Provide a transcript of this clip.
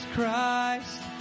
Christ